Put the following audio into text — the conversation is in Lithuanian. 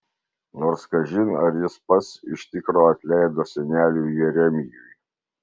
nors kažin ar jis pats iš tikro atleido seneliui jeremijui